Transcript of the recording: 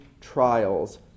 trials